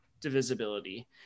divisibility